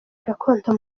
gakondo